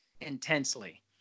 intensely